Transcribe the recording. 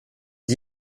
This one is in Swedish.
att